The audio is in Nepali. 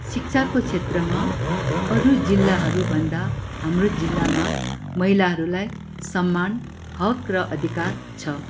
शिक्षाको क्षेत्रमा अरू जिल्लाहरू भन्दा हाम्रो जिल्लामा महिलाहरूलाई समान हक र अधिकार छ